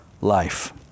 life